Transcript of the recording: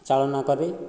ଚାଳନ କରେ